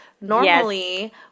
normally